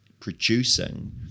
producing